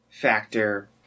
factor